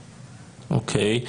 אוקיי.